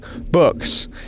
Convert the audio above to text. books